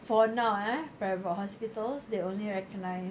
for now ah private hospitals they only recognise